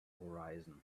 horizon